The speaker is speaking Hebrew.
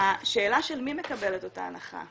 השאלה של מי מקבל את אותה ההנחה,